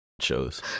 shows